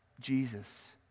Jesus